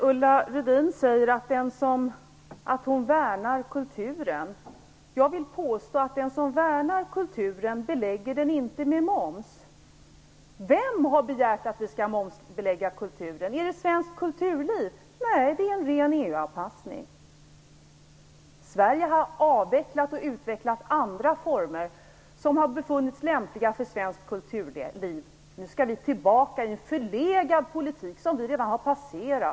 Herr talman! Ulla Rudin säger att hon värnar kulturen. Jag vill påstå att den som värnar kulturen inte belägger den med moms. Vem har begärt att vi skall momsbelägga kulturen? Är det svenskt kulturliv? Nej, det är en ren EU-anpassning. Sverige har avvecklat och utvecklat andra former, som har befunnits lämpliga för svenskt kulturliv. Nu skall vi tillbaka till en förlegad politik, som vi redan har passerat.